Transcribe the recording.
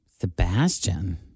Sebastian